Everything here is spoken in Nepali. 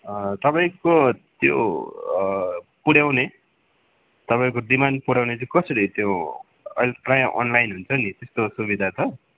तपाईँको त्यो पुर्याउने तपाईँको डिमान्ड पुर्याउने कसरी त्यो अहिले त प्रायः अनलाइन हुन्छ नि त्यस्तो सुविधा छ